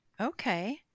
Okay